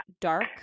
dark